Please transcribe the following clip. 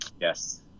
yes